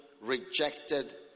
rejected